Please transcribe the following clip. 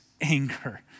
anger